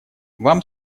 вам